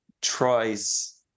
tries